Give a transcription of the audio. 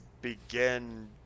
begin